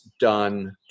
done